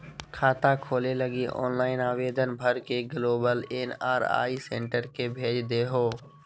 खाता खोले लगी ऑनलाइन आवेदन भर के ग्लोबल एन.आर.आई सेंटर के भेज देहो